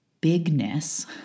bigness